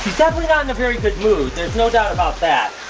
definitely not in a very good mood, there's no doubt about that.